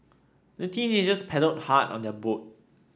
the teenagers paddled hard on their boat